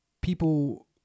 people